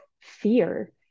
fear